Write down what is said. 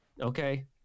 okay